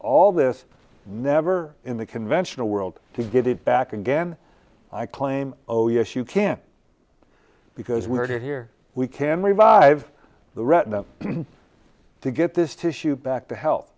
all this never in the conventional world to get it back again i claim oh yes you can because we are here we can revive the retina to get this tissue back to help